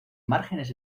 márgenes